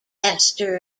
esther